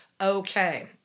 Okay